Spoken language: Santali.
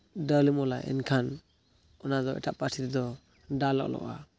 ᱫᱟᱹᱞ ᱮᱢ ᱚᱞᱟ ᱮᱱᱠᱷᱟᱱ ᱚᱱᱟ ᱫᱚ ᱮᱴᱟᱜ ᱯᱟᱹᱨᱥᱤ ᱛᱮᱫᱚ ᱰᱟᱞ ᱚᱞᱚᱜᱼᱟ